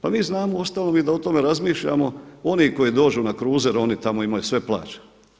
Pa mi znamo uostalom i da o tome razmišljamo, oni koji dođu na kruzer oni tamo imaju sve plaćeno.